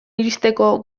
iristeko